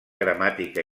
gramàtica